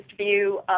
view